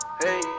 hey